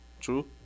True